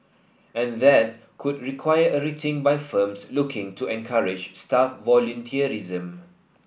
and that could require a rethink by firms looking to encourage staff volunteerism